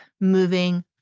moving